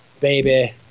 baby